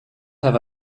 have